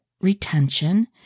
retention